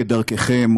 כדרככם,